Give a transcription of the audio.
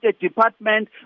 department